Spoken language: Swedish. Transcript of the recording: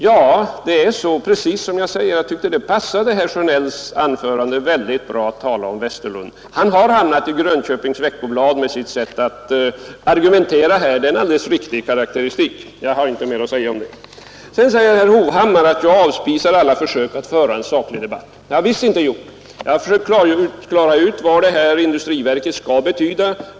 Jag tyckte det passade bra in på herr Sjönells anförande att tala om Alfred Vestlund. Herr Sjönell har hamnat i Grönköpings Veckoblad genom sitt sätt att argumentera här. Det är en helt riktig karakteristik, och jag har inte mer att säga om det. Herr Hovhammar menar att jag avspisar alla försök att föra en saklig debatt. Det har jag visst inte gjort. Jag har försökt klargöra vad det nya industriverket skall betyda.